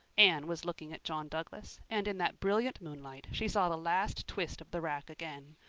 anne was looking at john douglas and, in that brilliant moonlight, she saw the last twist of the rack again.